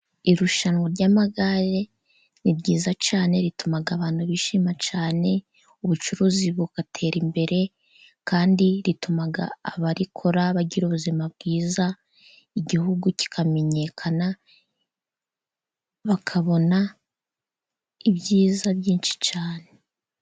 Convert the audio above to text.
Irushanwa ry'amagare ni ryiza cyane, rituma abantu bishima cyane, ubucuruzi bugatera imbere kandi rituma abarikora bagira ubuzima bwiza, igihugu kikamenyekana bakabona ibyiza byinshi cyane.